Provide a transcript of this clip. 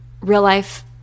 real-life